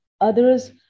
others